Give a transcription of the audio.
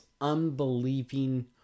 unbelieving